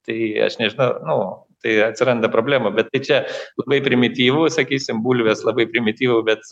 tai aš nežinau nu tai atsiranda problemų bet tai čia labai primityvūs sakysim bulvės labai primityvųu bet